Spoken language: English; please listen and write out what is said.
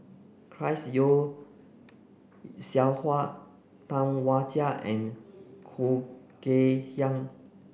Chris Yeo Siew Hua Tam Wai Jia and Khoo Kay Hian